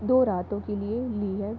दो रातों के लिए ली है